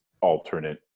alternate